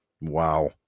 Wow